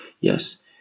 Yes